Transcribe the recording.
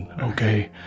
okay